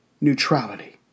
neutrality